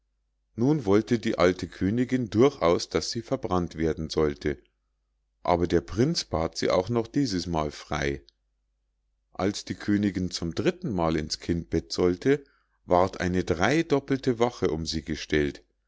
nun wollte die alte königinn durchaus daß sie verbrannt werden sollte aber der prinz bat sie auch noch dieses mal frei als die königinn zum dritten mal ins kindbett sollte ward eine dreidoppelte wache um sie gestellt